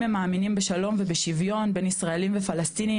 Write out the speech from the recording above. ואם הם מאמינים בשלום ובשוויון בין ישראלים לפלסטינים,